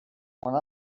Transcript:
one